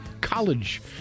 college